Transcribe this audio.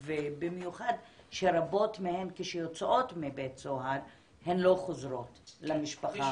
ובמיוחד כשרבות מהן כשהן יוצאות מבית הסוהר הן לא חוזרות למשפחה.